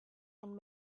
and